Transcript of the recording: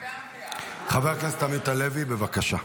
חבר הכנסת עמית הלוי, בבקשה.